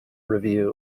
review